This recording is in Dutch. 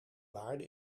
waarde